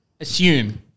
Assume